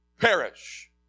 perish